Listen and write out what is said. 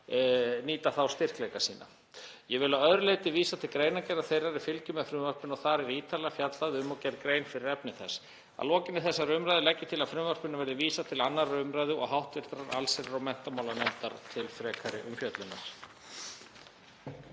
nýta þá styrkleika sína. Ég vil að öðru leyti vísa til greinargerðar þeirrar er fylgir frumvarpinu en þar er ítarlega fjallað um og gerð grein fyrir efni þess. Að lokinni þessari umræðu legg ég til að frumvarpinu verði vísað til 2. umræðu og hv. allsherjar- og menntamálanefndar til frekari umfjöllunar.